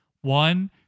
One